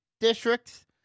districts